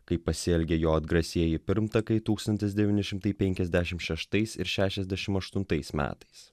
kaip pasielgė jo atgrasieji pirmtakai tūkstantis devyni šimtai penkiasdešim šeštais ir šešiasdešim aštuntais metais